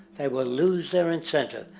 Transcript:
they would loose their incentive.